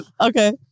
Okay